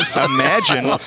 Imagine